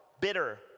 bitter